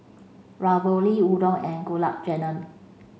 Ravioli Udon and Gulab Jamun